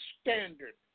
standard